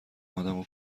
آدمو